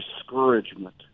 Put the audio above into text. discouragement